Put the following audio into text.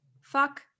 fuck